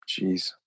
Jeez